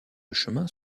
chemins